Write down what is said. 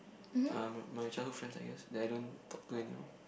um my childhood friends I guess that I don't talk to anymore